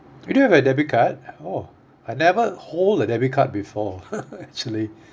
you don't have a debit card oh I never hold a debit card before actually